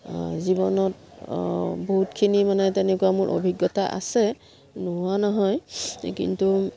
জীৱনত বহুতখিনি মানে তেনেকুৱা মোৰ অভিজ্ঞতা আছে নোহোৱা নহয় কিন্তু